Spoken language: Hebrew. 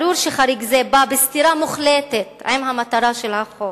ברור שחריג זה בא בסתירה מוחלטת למטרה של החוק.